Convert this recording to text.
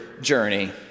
journey